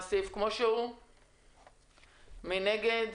מי נגד?